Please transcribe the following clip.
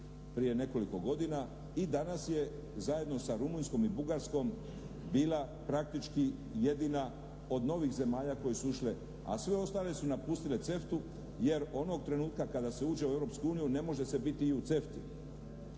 prije nekoliko godina i danas je zajedno sa Rumunjskom i Bugarskom bila praktički jedina od novih zemalja koje su ušle, a sve ostale su napustile CEFTA-u jer onog trenutka kada se uđe u Europsku uniju ne može se biti i u CEFTA-i.